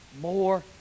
more